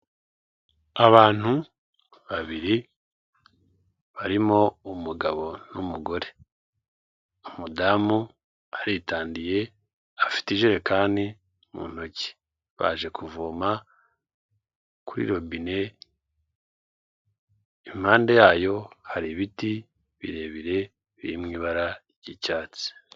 Abantu babiri barimo umugabo n'umugore umudamu aritandiye afite ijerekani m'intoki baje kuvoma kuri robine impande yayo hari ibiti birebire biri m'ibara ry'icyatsi.